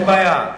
אין בעיה.